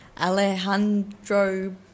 Alejandro